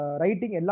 writing